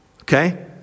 okay